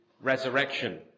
resurrection